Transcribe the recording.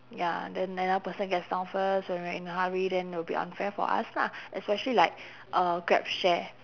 ya then another person gets down first when we're in a hurry then it'll be unfair for us lah especially like uh grab share